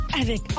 Avec